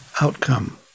outcome